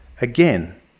Again